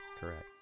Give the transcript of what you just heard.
correct